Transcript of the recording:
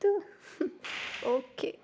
ತ್ ಓಕೆ